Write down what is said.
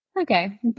okay